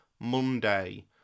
Monday